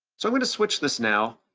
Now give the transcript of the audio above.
so i'm gonna switch this now,